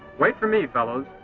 wait for me fellows,